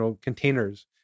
containers